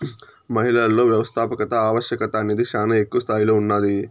మహిళలలో వ్యవస్థాపకత ఆవశ్యకత అనేది శానా ఎక్కువ స్తాయిలో ఉన్నాది